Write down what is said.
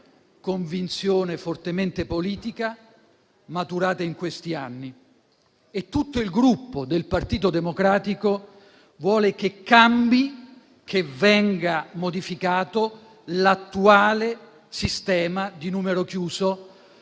convinzione fortemente politica maturata in questi anni. Inoltre, tutto il Gruppo Partito Democratico vuole che cambi, che venga modificato l'attuale sistema di numero chiuso